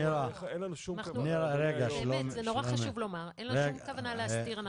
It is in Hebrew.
אין לנו שום כוונה -- זה נורא חשוב לומר שאין לנו שום כוונה להסתיר...